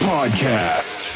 Podcast